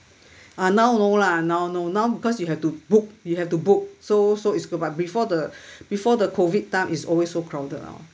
uh now no lah now no now because you have to book you have to book so so it's good but before the before the COVID time it's always so crowded lah